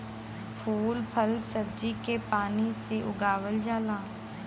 फूल फल सब्जी के पानी से उगावल जाला